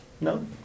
no